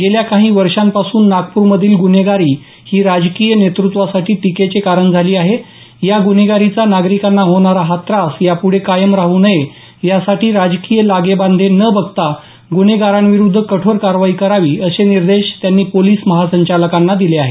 गेल्या काही वर्षांपासून नागपूरमधील गुन्हेगारी ही राजकीय नेतृत्वासाठी टीकेचे कारण झाली आहे या गुन्हेगारीचा नागरिकांना होणारा हा त्रास यापुढे कायम राहू नये यासाठी राजकीय लागेबांधे न बघता गुन्हेगारांविरुद्ध कठोर कारवाई करावी असे निर्देश त्यांनी पोलीस महासंचालकांना दिले आहेत